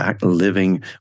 living